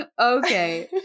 Okay